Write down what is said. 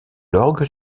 l’orgue